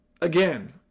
again